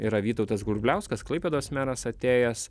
yra vytautas grubliauskas klaipėdos meras atėjęs